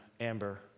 Amber